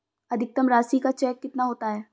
अधिकतम राशि का चेक कितना होता है?